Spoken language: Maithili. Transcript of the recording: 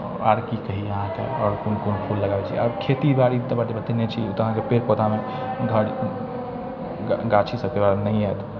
आर की कही अहाँके आओर कोन कोन फूल लगाबै छै खेती बारी तऽ बड्ड नीक ओ तऽ अहाँके पेड़ पौधामे गाछी सब नहि यऽ